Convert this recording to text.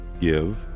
Give